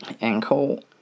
ankle